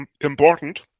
important